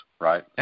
right